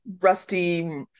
rusty